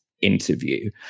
interview